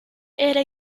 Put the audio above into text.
era